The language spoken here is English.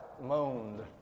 moaned